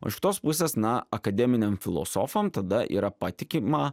o iš kitos pusės na akademiniam filosofam tada yra patikima